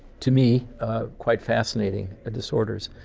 to me quite fascinating disorders.